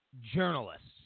journalists